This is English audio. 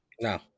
No